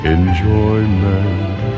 Enjoyment